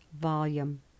volume